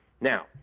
Now